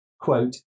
Quote